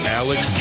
alex